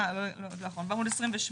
בעמוד 28,